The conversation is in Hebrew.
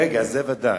רגע, זה ודאי.